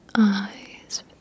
Eyes